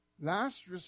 Last